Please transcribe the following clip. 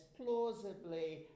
plausibly